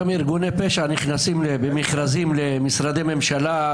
גם ארגוני פשע נכנסים במכרזים למשרדי ממשלה,